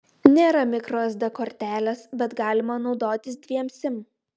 nėra mikro sd kortelės bet galima naudotis dviem sim